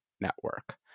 network